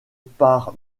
par